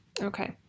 Okay